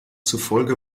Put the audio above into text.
zufolge